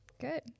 Good